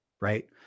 right